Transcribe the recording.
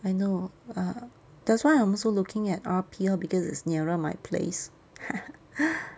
I know ah that's why I'm also looking at R_P lor because it's nearer my place